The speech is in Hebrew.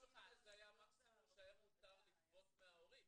75 זה היה המקסימום שהיה מותר לגבות מההורים.